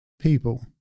people